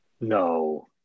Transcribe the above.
No